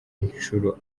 inshuro